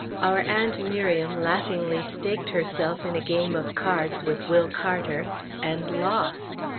our aunt miriam laughingly staked herself in a game of cards with will carter and lost.